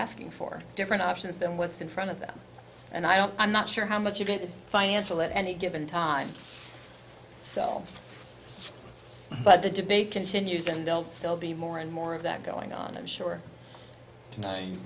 asking for different options than what's in front of them and i don't i'm not sure how much of it is financial at any given time cell but the debate continues and they'll they'll be more and more of that going on i'm sure